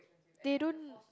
they don't